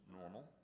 normal